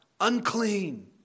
Unclean